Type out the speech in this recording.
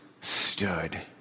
stood